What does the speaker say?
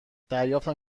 دریافتم